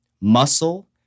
muscle